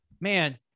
Man